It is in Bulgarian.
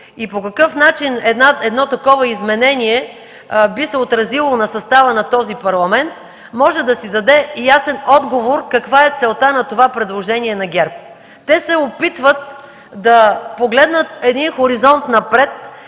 и по какъв начин едно такова изменение би се отразило на състава на този парламент, може да си даде ясен отговор каква е целта на това предложение на ГЕРБ. Те се опитват да погледнат един хоризонт напред